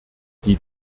die